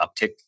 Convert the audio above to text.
uptick